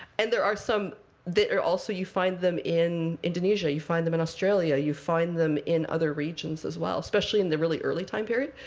and there are some that also, you find them in indonesia. you find them in australia. you find them in other regions, as well, especially in the really early time period.